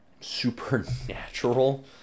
supernatural